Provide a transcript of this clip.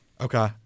Okay